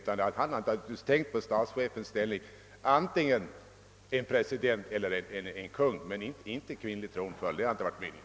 Han har snarare tänkt på statschefens ställning, det må gälla president eller kung, men han har knappast avsett att kvinnlig tronföljd skulle kunna införas.